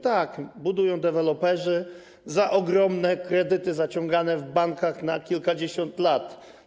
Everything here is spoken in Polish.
Tak, budują deweloperzy za ogromne kredyty zaciągane w bankach na kilkadziesiąt lat.